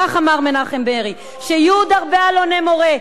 כך אמר מנחם בגין: יהיו עוד הרבה אלוני-מורה,